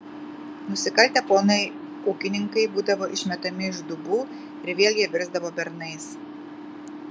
nusikaltę ponui ūkininkai būdavo išmetami iš dubų ir vėl jie virsdavo bernais